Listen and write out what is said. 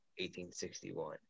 1861